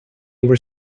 were